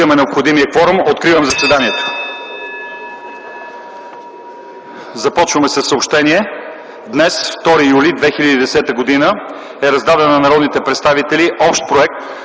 Имаме необходимия кворум, откривам заседанието. Започваме със съобщения: Днес, 2 юли 2010 г., е раздаден на народните представители Общ проект